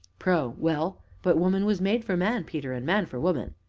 pro. well, but woman was made for man, peter, and man for woman!